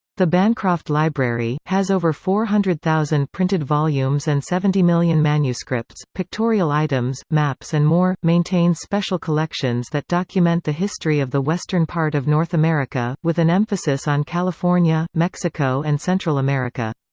the bancroft library, has over four hundred thousand printed volumes and seventy million manuscripts, pictorial items, maps and more, maintains special collections that document the history of the western part of north america, with an emphasis on california, mexico and central america.